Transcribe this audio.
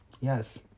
Yes